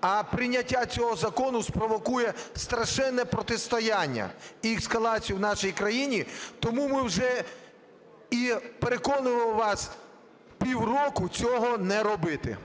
А прийняття цього закону спровокує страшенне протистояння і ескалацію в нашій країні, тому ми вже і переконували вас півроку цього не робити.